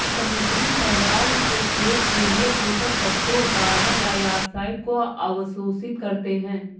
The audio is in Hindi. समुद्री शैवाल के खेत के लिए पोषक तत्वों कार्बन डाइऑक्साइड को अवशोषित करते है